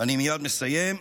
אני מייד מסיים.